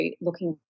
looking